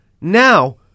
now